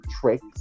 tricks